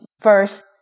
first